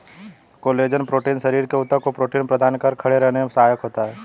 collagen protein शरीर के ऊतक को प्रोटीन प्रदान कर खड़े रहने में सहायक होता है